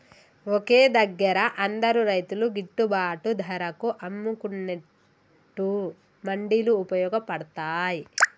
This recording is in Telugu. ఒకే దగ్గర అందరు రైతులు గిట్టుబాటు ధరకు అమ్ముకునేట్టు మండీలు వుపయోగ పడ్తాయ్